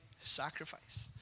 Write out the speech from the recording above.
sacrifice